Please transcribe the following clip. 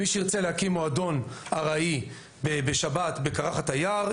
מי שירצה להקים מועדון ארעי בשבת בקרחת היער,